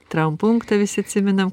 traumpunktą visi atsimenam